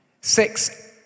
Six